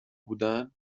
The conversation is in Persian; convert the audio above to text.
بودن